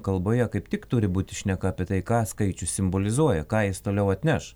kalboje kaip tik turi būti šneka apie tai ką skaičius simbolizuoja ką jis toliau atneš